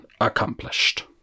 accomplished